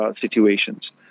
situations